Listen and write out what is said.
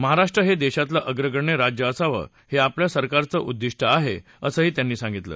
महाराष्ट्र हे देशातले अग्रगण्य राज्य असावं हे आपल्या सरकारचं उद्दिष्ट आहे असं त्यांनी सांगितलं